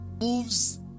moves